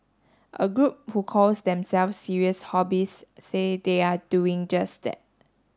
a group who calls themselves serious hobbyists say they are doing just that